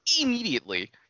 immediately